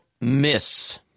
miss